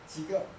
几个